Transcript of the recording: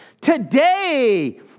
today